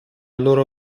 loro